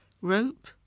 rope